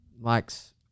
likes